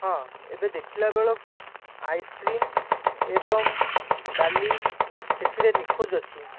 ହଁ ଏବେ ଦେଖିଲା ବେଳକୁ ଆଇସକ୍ରିମ୍ ଏବଂ ଡାଲି ସେଥିରେ ନିଖୋଜ ଅଛି